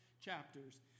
chapters